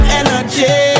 energy